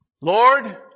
Lord